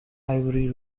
ivory